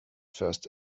first